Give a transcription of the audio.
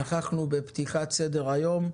נכחנו בפתיחת סדר היום,